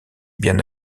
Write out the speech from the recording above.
bien